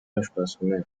اشپزخونه